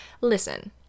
listen